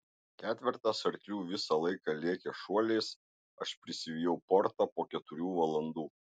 ketvertas arklių visą laiką lėkė šuoliais aš prisivijau portą po keturių valandų